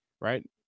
right